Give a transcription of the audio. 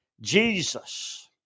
Jesus